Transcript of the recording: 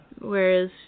whereas